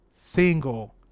single